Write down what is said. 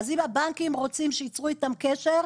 אז אם הבנקים רוצים שייצרו איתם קשה,